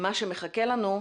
מה שמחכה לנו,